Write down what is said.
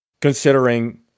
Considering